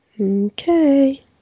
Okay